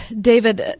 David